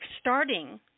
starting